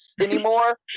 anymore